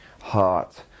heart